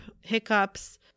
hiccups